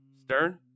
Stern